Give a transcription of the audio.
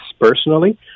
personally